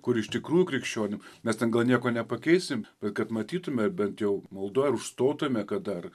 kur iš tikrų krikščionių mes ten gal nieko nepakeisim kad matytume bent jau maldoj ar užstotume kad dar